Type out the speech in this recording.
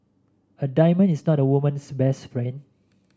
a diamond is not a woman's best friend